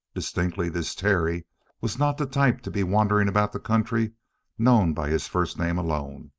distinctly this terry was not the type to be wandering about the country known by his first name alone.